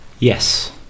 yes